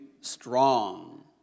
strong